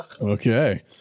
Okay